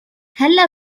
هلا